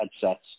headsets